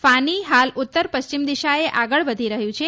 ફાની હાલ ઉત્તર પશ્ચિમ દિશાએ આગળ વધી રહ્યું છે